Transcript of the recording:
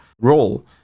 role